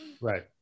Right